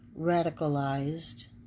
radicalized